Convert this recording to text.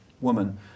woman